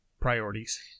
priorities